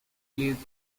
leaves